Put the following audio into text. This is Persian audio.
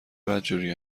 بدجوری